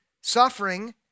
suffering